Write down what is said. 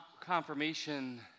Confirmation